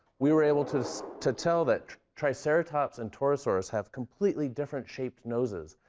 we were able to to tell that triceratops and torosaurus have completely different shaped noses,